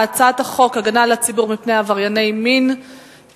ההצעה להעביר את הצעת חוק הגנה על הציבור מפני עברייני מין (תיקון,